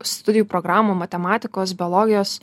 studijų programų matematikos biologijos